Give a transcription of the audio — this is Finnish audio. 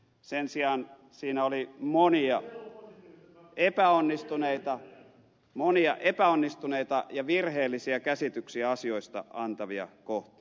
sen sijaan siinä oli monia epäonnistuneita ja virheellisiä käsityksiä asioista antavia kohtia